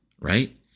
right